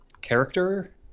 Character